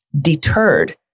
deterred